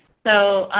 so